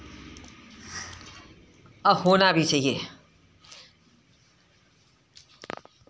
और होना भी चाहिए